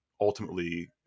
ultimately